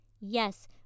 Yes